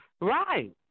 Right